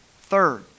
Third